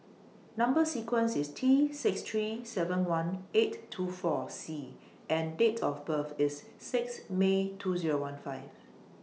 Number sequence IS T six three seven one eight two four C and Date of birth IS six May two Zero one five